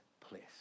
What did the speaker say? place